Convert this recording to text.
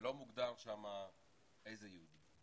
ולא מוגדר שם איזה יהודי.